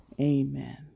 amen